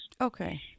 Okay